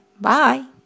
Bye